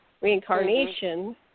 reincarnation